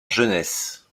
jeunesse